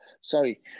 sorry